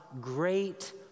great